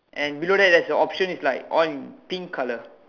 and below there there's a option like it's all in pink colour